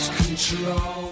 control